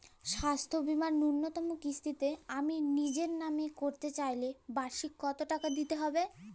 স্বাস্থ্য বীমার ন্যুনতম কিস্তিতে আমি নিজের নামে করতে চাইলে বার্ষিক কত টাকা দিতে হবে?